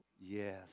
Yes